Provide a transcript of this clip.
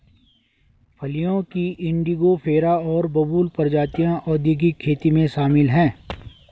फलियों की इंडिगोफेरा और बबूल प्रजातियां औद्योगिक खेती में शामिल हैं